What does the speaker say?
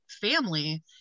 family